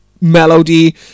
Melody